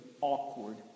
awkward